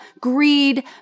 greed